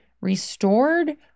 restored